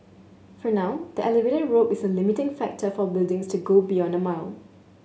for now the elevator rope is a limiting factor for buildings to go beyond a mile